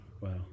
Wow